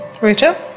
Rachel